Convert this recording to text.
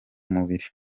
mubiri